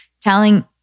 telling